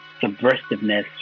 subversiveness